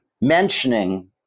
mentioning